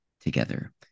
together